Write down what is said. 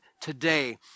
today